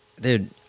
Dude